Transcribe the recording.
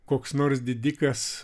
koks nors didikas